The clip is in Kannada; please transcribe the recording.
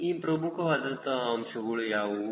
ಆ ಪ್ರಮುಖವಾದಂತಹ ಅಂಶಗಳು ಯಾವುವು